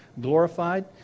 glorified